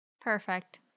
Perfect